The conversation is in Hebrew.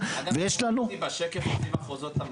80 מתפטרים בחודש,